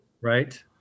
Right